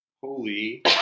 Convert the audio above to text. Holy